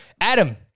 Adam